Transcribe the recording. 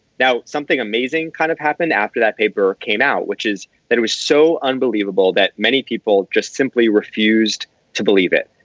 now something amazing kind of happened after that paper came out, which is that it is so unbelievable that many people just simply refused to believe it.